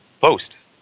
post